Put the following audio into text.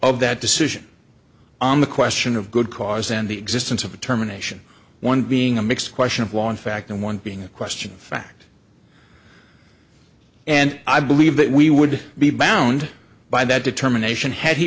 of that decision on the question of good cause and the existence of the terminations one being a mix question of law in fact and one being a question of fact and i believe that we would be bound by that determination had he